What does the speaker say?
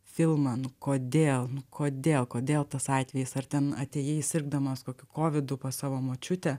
filmą nu kodėl nu kodėl kodėl tas atvejis ar ten atėjai sirgdamas kokiu kovidu pas savo močiutę